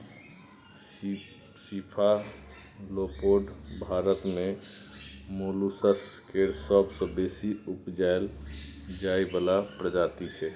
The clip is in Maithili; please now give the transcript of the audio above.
सीफालोपोड भारत मे मोलुसस केर सबसँ बेसी उपजाएल जाइ बला प्रजाति छै